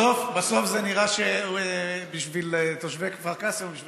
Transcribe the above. בסוף זה נראה שבשביל תושבי כפר קאסם ובשביל